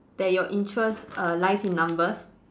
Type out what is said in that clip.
that your interest err lies in numbers